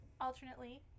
alternately